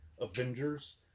Avengers